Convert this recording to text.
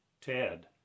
Ted